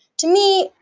to me,